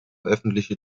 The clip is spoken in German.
öffentliche